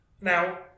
Now